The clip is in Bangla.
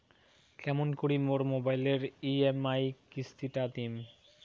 কেমন করি মোর মোবাইলের ই.এম.আই কিস্তি টা দিম?